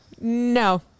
no